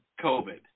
COVID